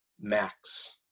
max